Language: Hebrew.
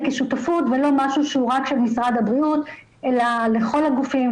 כשותפות ולא משהו שהוא רק של משרד הבריאות אלא לכל הגופים,